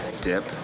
Dip